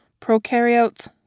prokaryotes